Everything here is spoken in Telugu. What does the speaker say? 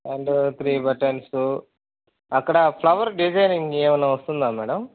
అండు త్రీ బటన్సు అక్కడ ఫ్లవర్ డిజైనింగ్ ఏమైనా వస్తుందా మేడం